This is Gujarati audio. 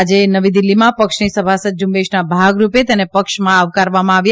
આજે નવી દિલ્હીમાં પક્ષની સભાસદ ઝૂંબેશના ભાગરૂપે તેને પક્ષમાં આવકારવામાં આવ્યા